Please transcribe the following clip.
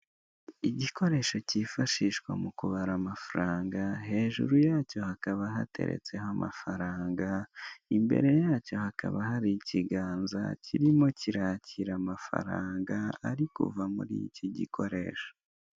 Igikoresho cyifashishwa mukubara amafaranga hejuru yacyo hakaba hateretseho amafaranga imbere yacyo hakaba hari ikiganza kirimo kirakira amafaranga ari kuva muricyo gikoresho.